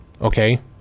okay